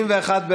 20,